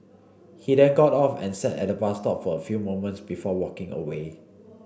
he then got off and sat at the bus stop for a few moments before walking away